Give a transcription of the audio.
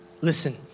Listen